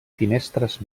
finestres